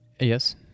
Yes